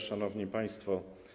Szanowni Państwo!